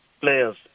players